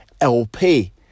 LP